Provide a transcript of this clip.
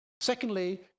Secondly